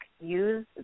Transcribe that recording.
use